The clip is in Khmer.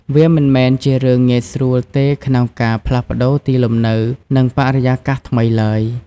វាមិនមែនជារឿងងាយស្រួលទេក្នុងការផ្លាស់ប្ដូរទីលំនៅ និងបរិយាកាសថ្មីឡើយ។